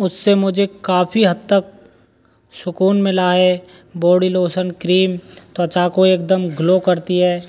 उस से मुझे काफ़ी हद तक शुकून मिला है बॉडी लोसन क्रीम त्वचा को एकदम ग्लो करती है